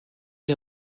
les